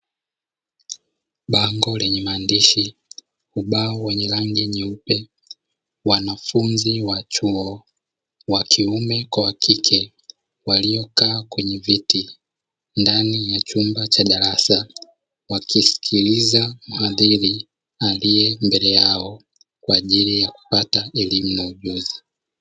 Bango lenye maandishi, ubao wenye rangi nyeupe, wanafunzi wa chuo wakiume kwa wa kike waliokaa kwenye viti ndani ya chumba cha darasa, wakimsikiliza mhandhiri aliyembele yao kwa ajili ya kupata elimu na ujuzi.